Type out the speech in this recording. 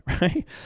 right